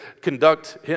conduct